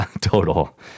total